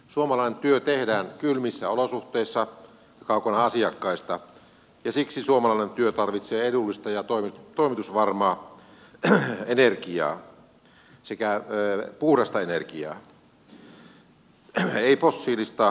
suomalainen työ tehdään kylmissä olosuhteissa ja kaukana asiakkaista ja siksi suomalainen työ tarvitsee edullista ja toimitusvarmaa energiaa sekä puhdasta energiaa ei fossiilista